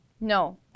No